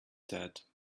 said